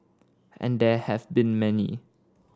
and there have been many